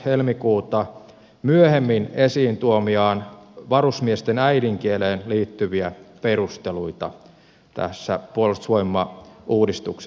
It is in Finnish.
helmikuuta myöhemmin esiin tuomiaan varusmiesten äidinkieleen liittyviä perusteluita tässä puolustusvoimauudistuksessa